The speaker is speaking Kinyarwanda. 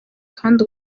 kandi